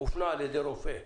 הוא הופנה על ידי רופא.